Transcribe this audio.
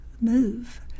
move